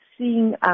Seeing